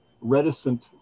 reticent